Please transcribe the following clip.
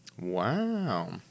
Wow